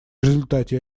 результате